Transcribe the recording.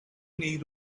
need